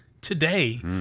today